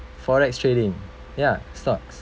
forex trading ya stocks